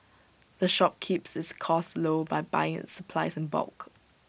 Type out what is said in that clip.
the shop keeps its costs low by buying its supplies in bulk